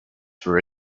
for